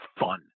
fun